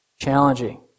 Challenging